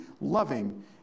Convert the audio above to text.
loving